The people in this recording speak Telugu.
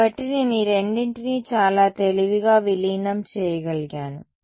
కాబట్టి నేను ఈ రెండింటినీ చాలా తెలివిగా విలీనం చేయగలిగాను